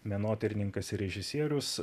menotyrininkas ir režisierius